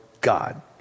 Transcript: God